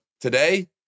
today